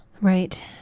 Right